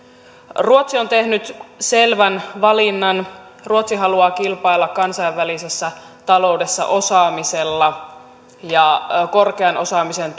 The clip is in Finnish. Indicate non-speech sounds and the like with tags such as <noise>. ruotsi on tehnyt selvän valinnan ruotsi haluaa kilpailla kansainvälisessä taloudessa osaamisella ja korkean osaamisen <unintelligible>